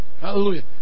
hallelujah